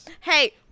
Hey